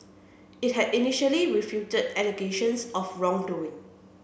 it had initially refuted allegations of wrongdoing